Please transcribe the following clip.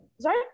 sorry